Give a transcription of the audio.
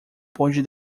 pôde